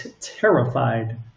terrified